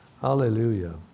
Hallelujah